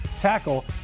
tackle